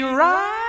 right